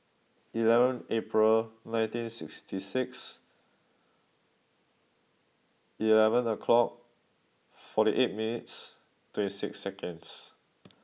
eleven April nineteen sixty six eleven o'clock forty eight minutes twenty six seconds